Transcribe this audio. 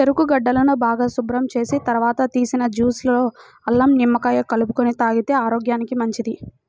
చెరుకు గడలను బాగా శుభ్రం చేసిన తర్వాత తీసిన జ్యూస్ లో అల్లం, నిమ్మకాయ కలుపుకొని తాగితే ఆరోగ్యానికి మంచిది